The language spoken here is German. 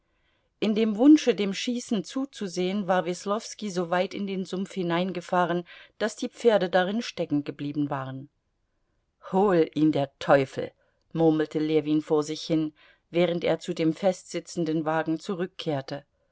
in dem wunsche dem schießen zuzusehen war weslowski so weit in den sumpf hineingefahren daß die pferde darin steckengeblieben waren hol ihn der teufel murmelte ljewin vor sich hin während er zu dem festsitzenden wagen zurückkehrte